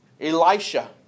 Elisha